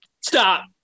stop